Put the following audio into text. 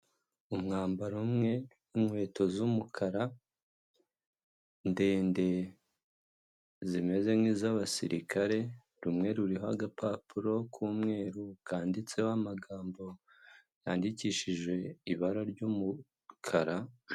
Umwambaro umwe w'inkweto z'umukara ndende zimeze nk'iz'abasirikare, rumwe ruriho agapapuro k'umweru kanditseho amagambo yandikishije ibara ry'umukara.